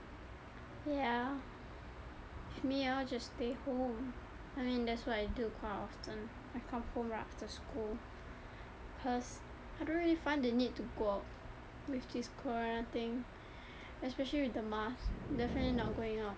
ya if me I will just stay home I mean that's what I do quite often I come home right after school cause I don't really find the need to go out with this corona thing especially with the mask definitely not going out